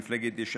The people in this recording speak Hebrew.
מפלגת יש עתיד,